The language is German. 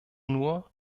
nur